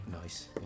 nice